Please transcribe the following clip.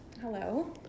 Hello